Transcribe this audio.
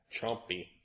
Chompy